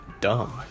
dumb